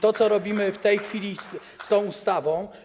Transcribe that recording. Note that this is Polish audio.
Co robimy w tej chwili z tą ustawą?